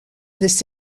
this